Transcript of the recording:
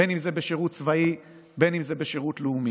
בין אם זה בשירות צבאי, בין אם זה בשירות לאומי,